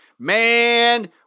man